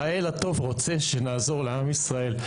האל הטוב רוצה שנעזור לעם ישראל.